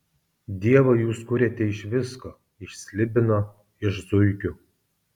dievą jūs kuriate iš visko iš slibino iš zuikių